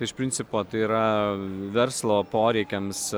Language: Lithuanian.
iš principo tai yra verslo poreikiams